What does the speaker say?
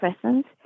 presence